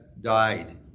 died